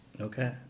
Okay